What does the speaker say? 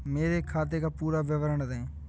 मेरे खाते का पुरा विवरण दे?